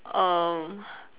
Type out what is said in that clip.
um